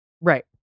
right